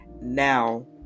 Now